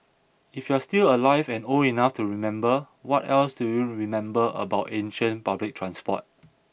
if you're still alive and old enough to remember what else do you remember about ancient public transport